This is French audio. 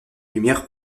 lumières